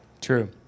True